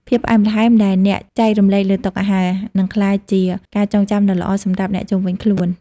ភាពផ្អែមល្ហែមដែលអ្នកចែករំលែកលើតុអាហារ នឹងក្លាយជាការចងចាំដ៏ល្អសម្រាប់អ្នកជុំវិញខ្លួន។